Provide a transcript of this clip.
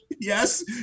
yes